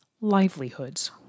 Livelihoods